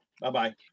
bye-bye